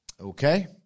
Okay